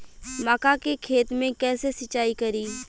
मका के खेत मे कैसे सिचाई करी?